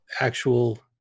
actual